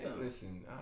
listen